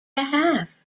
half